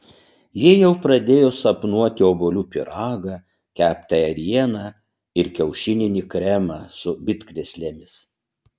ji jau pradėjo sapnuoti obuolių pyragą keptą ėrieną ir kiaušininį kremą su bitkrėslėmis